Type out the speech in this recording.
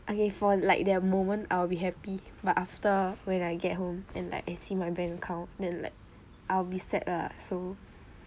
okay for like that moment I'll be happy but after when I get home and like I see my bank account then like I'll be sad lah so